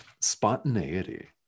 spontaneity